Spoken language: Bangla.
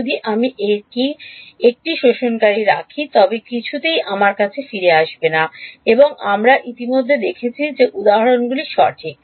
যদি আমি একটি absorber রাখি তবে কিছুই আমার কাছে ফিরে আসবে না এবং আমরা ইতিমধ্যে দেখেছি যে এর উদাহরণগুলি সঠিক